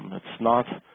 it's not